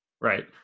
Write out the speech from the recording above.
Right